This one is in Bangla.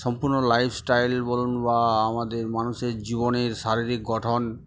সম্পূর্ণ লাইফস্টাইল বলুন বা আমাদের মানুষের জীবনের শারীরিক গঠন